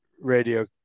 radio